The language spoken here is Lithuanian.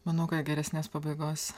manau kad geresnės pabaigos